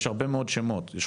מה